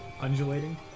undulating